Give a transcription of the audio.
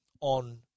on